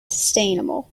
sustainable